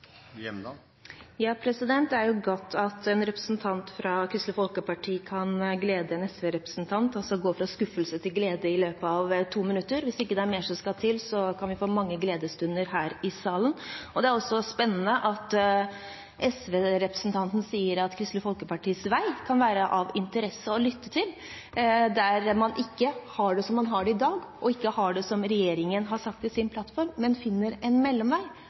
Det er godt at en representant fra Kristelig Folkeparti kan glede en SV-representant – å gå fra skuffelse til glede i løpet av to minutter. Hvis det ikke er mer som skal til, kan vi få mange gledesstunder her i salen. Det er også spennende at SV-representanten sier at Kristelig Folkepartis vei kan en ha interesse av å lytte til – der man ikke har det slik man har det i dag, og ikke har det som regjeringen har sagt i sin plattform, men finner en mellomvei.